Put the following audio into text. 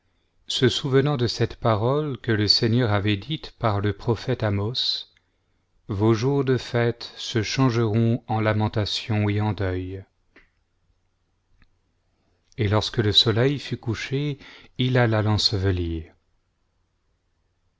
se souvenant de cette parole que le seigneur avait dite par le prophète amos vos jours de fête se changeront eu lamentation et en deuil et lorsque le soleil fut couché il alla l'ensevelir